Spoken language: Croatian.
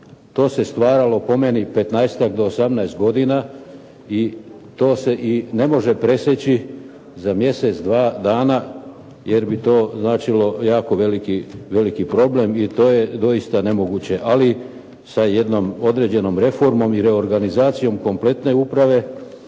to se stvaralo po meni 15 do 18 godina. I to se ne može presjeći za mjesec, dva dana, jer bi to značilo jako veliki problem i to je dosta nemoguće. Ali sa jednom određenom reformom i reorganizacijom kompletne uprave,